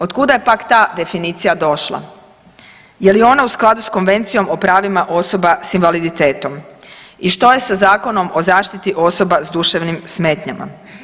Otkuda je pak ta definicija došla, je li ona u skladu s Konvencijom o pravima osoba s invaliditetom i što je sa Zakonom o zaštiti osoba s duševnim smetnjama?